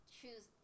choose